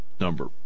number